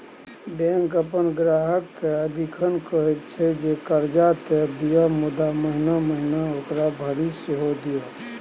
bank अपन ग्राहककेँ सदिखन कहैत छै जे कर्जा त लिअ मुदा महिना महिना ओकरा भरि सेहो दिअ